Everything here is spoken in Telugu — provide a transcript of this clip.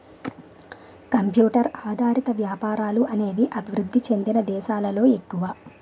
కంప్యూటర్ ఆధారిత వ్యాపారాలు అనేవి అభివృద్ధి చెందిన దేశాలలో ఎక్కువ